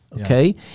okay